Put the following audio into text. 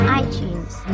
iTunes